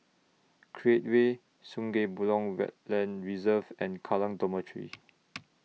Create Way Sungei Buloh Wetland Reserve and Kallang Dormitory